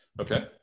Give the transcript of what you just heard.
Okay